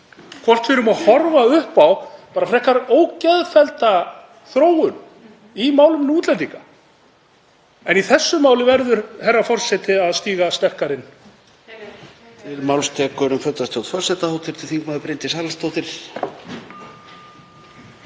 hvort við erum að horfa upp á frekar ógeðfellda þróun í málefnum útlendinga. En í þessu máli verður herra forseti að stíga sterkar inn.